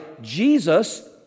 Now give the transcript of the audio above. Jesus